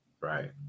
Right